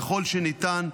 ככל שניתן,